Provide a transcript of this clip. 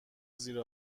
زیر